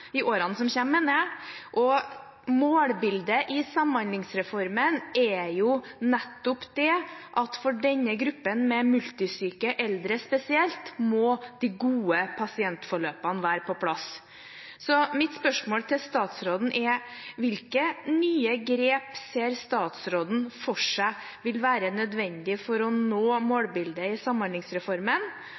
i årene som kommer. Målbildet i Samhandlingsreformen er jo nettopp at de gode pasientforløpene må være på plass, spesielt for denne gruppen multisyke eldre. Mitt spørsmål til statsråden er: Hvilke nye grep ser statsråden for seg vil være nødvendig for å nå målbildet i Samhandlingsreformen,